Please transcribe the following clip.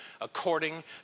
according